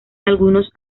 algunos